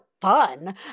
fun